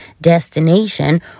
destination